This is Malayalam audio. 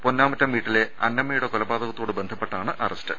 പൊന്നാമറ്റും വീട്ടിലെ അന്നമ്മയുടെ കൊലപാതകവു മായി ബന്ധപ്പെട്ടാണ് അറസ്റ്റ്